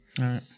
right